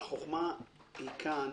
והחוכמה היא כאן